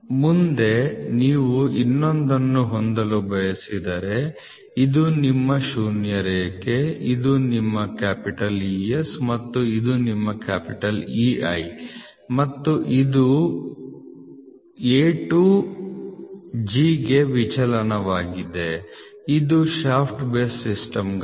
ಮುಂದೆ ನೀವು ಇನ್ನೊಂದನ್ನು ಹೊಂದಲು ಬಯಸಿದರೆ ಇದು ನಿಮ್ಮ ಶೂನ್ಯ ರೇಖೆ ಇದು ನಿಮ್ಮ E S ಮತ್ತು ಇದು ನಿಮ್ಮ E I ಮತ್ತು ಇದು A to G ಗೆ ವಿಚಲನವಾಗಿದೆ ಇದು ಶಾಫ್ಟ್ ಬೇಸ್ ಸಿಸ್ಟಮ್ಗಾಗಿ